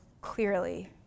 clearly